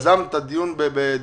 שלוש וחצי